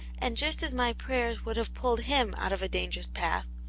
and just as my prayers would have pulled him out of a dangerous path,